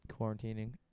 quarantining